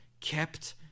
kept